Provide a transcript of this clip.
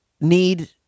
need